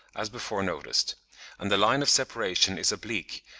as before noticed and the line of separation is oblique,